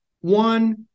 one